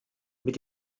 mit